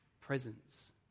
presence